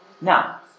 now